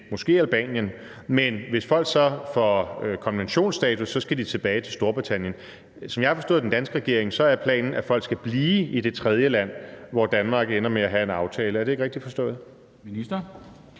måske Albanien, men hvis folk så får konventionsstatus, skal de tilbage til Storbritannien. Som jeg har forstået den danske regering, er planen, at folk skal blive i det tredjeland, som Danmark ender med at have en aftale med. Er det ikke rigtigt forstået? Kl.